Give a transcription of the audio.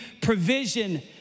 provision